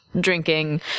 drinking